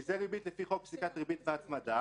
כי זה ריבית לפי חוק פסיקת ריבית והצמדה